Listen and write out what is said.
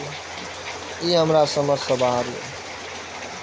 alpaca स्तनधारी प्रजाति छियै, जे ऊंच पहाड़ी इलाका मे रहै छै